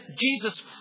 Jesus